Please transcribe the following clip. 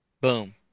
Boom